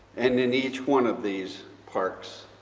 and in each one of these parks,